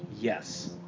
Yes